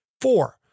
Four